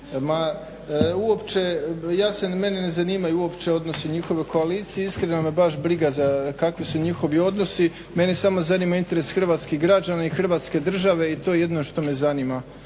Ma uopće mene ne zanimaju odnosi njihovi u koaliciji. Iskreno me baš briga kakvi su njihovi odnosi, mene samo zanima interes hrvatskih građana i hrvatske države i to je jedino što me zanima,